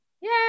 Yay